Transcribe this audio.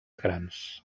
grans